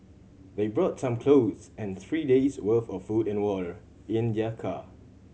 they brought some clothes and three days' worth of food and water in their car